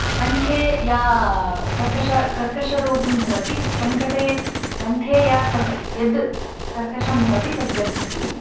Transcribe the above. कण्ठे या कर्कषः कर्कषरूपं भवति कण्ठे कण्ठे या कर्त् यद् कर्कषः भवति तद् गच्छति